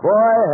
Boy